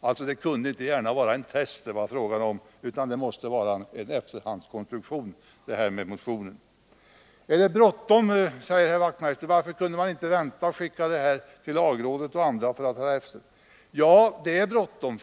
fanns. Det kunde alltså inte gärna vara fråga om en test, utan tolkningen av motionen måste vara en efterhandskonstruktion. Är det bråttom, frågade Knut Wachtmeister. Varför kunde man inte skicka förslaget till lagrådet och andra för att höra efter? Det är bråttom.